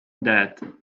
dead